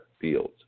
fields